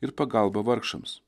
ir pagalbą vargšams